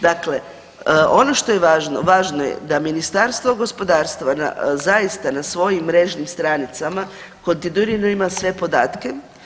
Dakle, ono što je važno, važno je da Ministarstvo gospodarstva na, zaista na svojim mrežnim stranicama kontinuirano ima sve podatke.